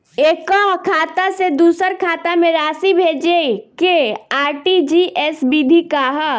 एकह खाता से दूसर खाता में राशि भेजेके आर.टी.जी.एस विधि का ह?